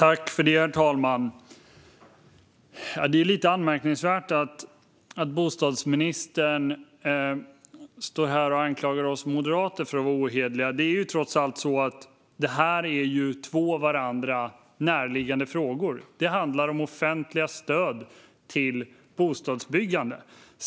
Herr talman! Det är lite anmärkningsvärt att bostadsministern står här och anklagar oss moderater för att vara ohederliga. Det är trots allt så att detta är två varandra närliggande frågor. Det handlar om offentliga stöd till bostadsbyggande.